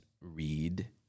read